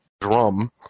drum